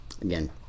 again